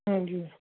ਹਾਂਜੀ